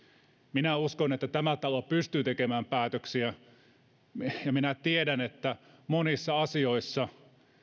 minä uskon että tämä talo pystyy tekemään päätöksiä ja tiedän että monissa asioissa